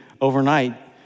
overnight